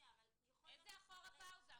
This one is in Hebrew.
איזה אחורה פאוזה?